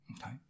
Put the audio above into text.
Okay